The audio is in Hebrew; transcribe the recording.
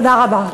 תודה רבה.